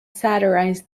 satirized